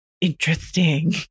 interesting